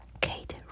Kate